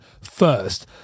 first